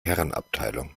herrenabteilung